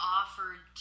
offered